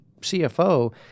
CFO